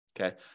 Okay